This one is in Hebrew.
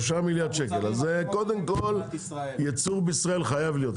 אז קודם כל ייצור בישראל חייב להיות,